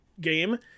game